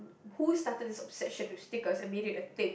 who started this obsession with stickers and made it a thing